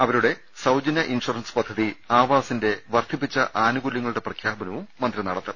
ഇവരുടെ സൌജന്യ insurance പദ്ധതി ആവാസ് ന്റെ വർദ്ധിപ്പിച്ച ആനുകൂല്യങ്ങളുടെ പ്രഖ്യാപനവും മന്ത്രി നടത്തും